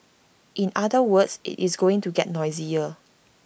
in other words IT is going to get noisier